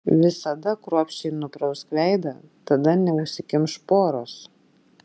visada kruopščiai nuprausk veidą tada neužsikimš poros